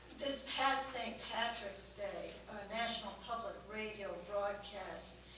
this past saint patrick's day, a national public radio broadcast,